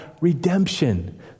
redemption